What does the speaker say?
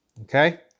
Okay